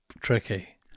tricky